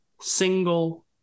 single